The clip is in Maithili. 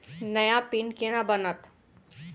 नया पिन केना बनत?